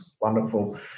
Wonderful